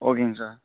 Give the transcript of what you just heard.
ஓகேங்க சார்